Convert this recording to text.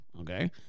Okay